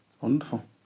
Wonderful